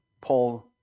Paul